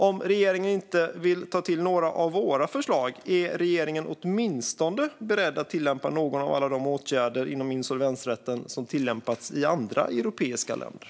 Om regeringen inte vill ta till några av våra förslag är regeringen åtminstone beredd att tillämpa någon av alla de åtgärder inom insolvensrätten som har tillämpats i andra europeiska länder?